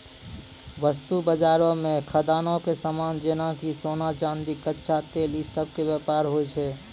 वस्तु बजारो मे खदानो के समान जेना कि सोना, चांदी, कच्चा तेल इ सभ के व्यापार होय छै